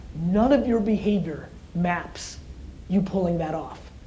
none of your behavior maps you pulling that off.